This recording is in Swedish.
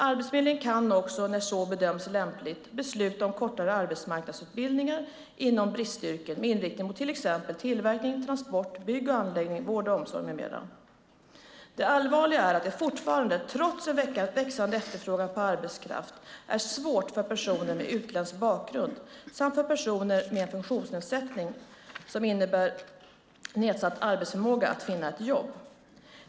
Arbetsförmedlingen kan också, när så bedöms lämpligt, besluta om kortare arbetsmarknadsutbildningar inom bristyrken med inriktning mot till exempel tillverkning, transport, bygg och anläggning, vård och omsorg med mera. Det allvarliga är att det fortfarande, trots en växande efterfrågan på arbetskraft, är svårt för personer med utländsk bakgrund samt för personer med en funktionsnedsättning som innebär nedsatt arbetsförmåga att finna ett jobb.